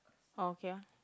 orh okay ah